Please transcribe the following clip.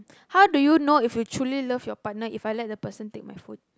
how do you know if you truly love your partner If I let the person take my phone